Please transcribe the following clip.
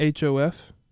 HOF